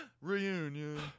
Reunion